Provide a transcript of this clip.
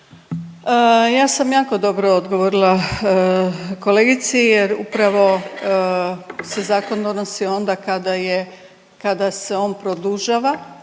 Ja sam jako dobro odgovorila kolegici jer upravo se zakon donosi onda kada je, kada se on produžava,